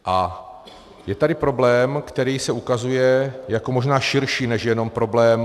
A je tady problém, který se ukazuje jako možná širší než jenom problém...